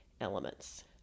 elements